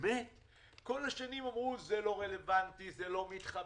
כל השנים אמרו: זה לא רלוונטי, זה לא מתחבר.